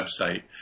website